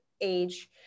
age